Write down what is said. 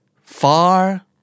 Far